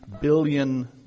billion